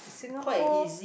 Singapore